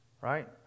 Right